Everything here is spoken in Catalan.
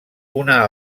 una